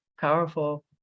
powerful